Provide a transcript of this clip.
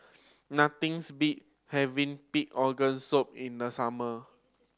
nothings beat having pig organ soup in the summer